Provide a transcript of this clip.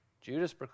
Judas